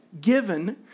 given